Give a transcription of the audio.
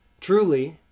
Truly